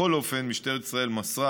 בכל אופן, משטרת ישראל מסרה